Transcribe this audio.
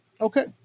Okay